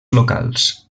locals